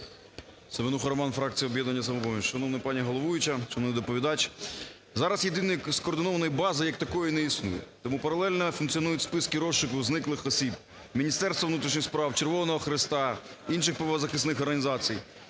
Семенуха Роман, фракція "Об'єднання "Самопоміч". Шановна пані головуюча, шановний доповідач, зараз єдиної скоординованої бази як такої не існує. Тому паралельно функціонують списки розшуку зниклих осіб Міністерства внутрішніх справ, Червоного Хреста, інших правозахисних організацій.